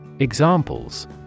Examples